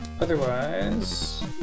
Otherwise